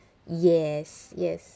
yes yes